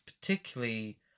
particularly